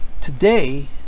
today